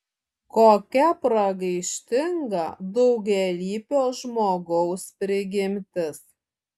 kokia pragaištinga daugialypio žmogaus prigimtis